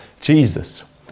Jesus